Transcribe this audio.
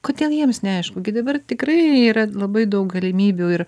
kodėl jiems neaišku gi dabar tikrai yra labai daug galimybių ir